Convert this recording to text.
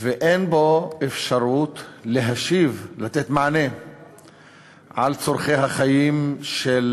ואין בו אפשרות להשיב, לתת מענה על צורכי החיים של